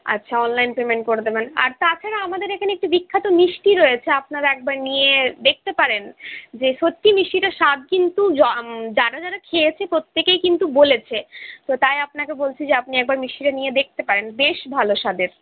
আচ্ছা online payment করে দেবেন আর তাছাড়া আমাদের এখানে একটি বিখ্যাত মিষ্টি রয়েছে আপনারা একবার নিয়ে দেখতে পারেন যে সত্যি মিষ্টিটার স্বাদ কিন্তু যারা যারা খেয়েছে প্রত্যেকেই কিন্তু বলেছে তো তাই আপনাকে বলছি যে আপনি একবার মিষ্টিটা নিয়ে দেখতে পারেন বেশ ভালো স্বাদের